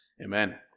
Amen